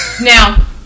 Now